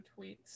tweets